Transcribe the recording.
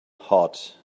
hot